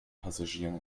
passagieren